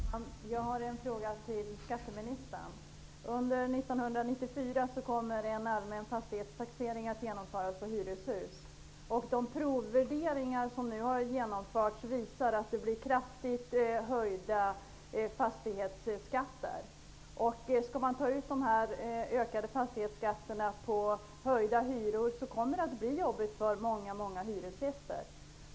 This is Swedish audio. Fru talman! Jag har en fråga till skatteministern. Under 1994 kommer en allmän fastighetstaxering att genomföras för hyreshus. De provvärderingar som nu har genomförts visar att fastighetsskatterna kommer att höjas kraftigt. Skall man ta ut de höjda fastighetsskatterna på höjda hyror, kommer det att bli jobbigt för många hyresgäster.